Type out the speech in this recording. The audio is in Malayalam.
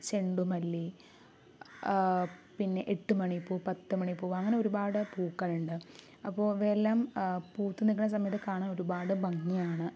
ചെണ്ടുമല്ലി പിന്നെ എട്ടുമണി പൂ പത്തുമണി പൂ അങ്ങനെ ഒരുപാട് പൂക്കളുണ്ട് അപ്പോൾ ഇവയെല്ലാം പൂത്ത് നിക്കണ സമയത്ത് കാണാൻ ഒരുപാട് ഭംഗിയാണ്